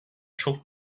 çok